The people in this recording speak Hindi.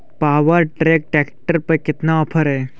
पावर ट्रैक ट्रैक्टर पर कितना ऑफर है?